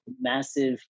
massive